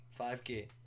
5k